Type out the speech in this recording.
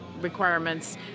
requirements